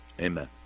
Amen